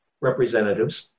representatives